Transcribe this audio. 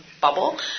bubble